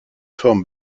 forme